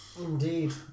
Indeed